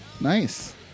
Nice